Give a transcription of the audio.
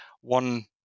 one